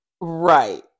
right